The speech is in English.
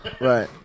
right